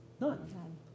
None